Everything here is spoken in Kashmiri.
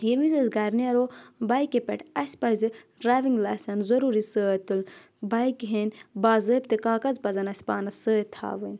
ییٚمہِ وِزِ أسۍ گَرِ نیٚرَو بایِکہِ پؠٹھ اَسہِ پَزِ ڈرایوِنٛگ لایٚسَن ضروٗری سۭتۍ تُلنۍ بایکہِ ہِنٛدۍ باضٲبطہٕ کاکَد پَزَن اَسہِ پانَس سۭتۍ تھاوٕنۍ